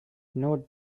note